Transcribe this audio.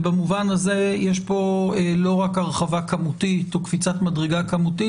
במובן הזה יש כאן לא רק הרחבה כמותית או קפיצת מדרגה כמותית